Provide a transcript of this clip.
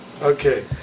Okay